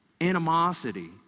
Animosity